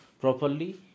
properly